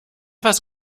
was